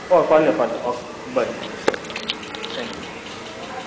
or फाल्या यो फाल्या यो ओके बरें चल ओके थँक्यू चल बाय